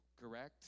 correct